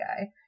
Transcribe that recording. guy